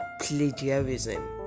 plagiarism